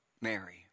Mary